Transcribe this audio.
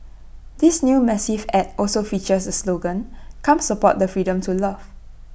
this new massive Ad also features the slogan come support the freedom to love